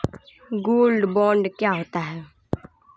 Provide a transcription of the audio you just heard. Gold bond क्या होता है?